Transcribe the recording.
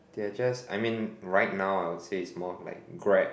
they are just I mean right now I would say it's more like grab